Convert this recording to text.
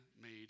made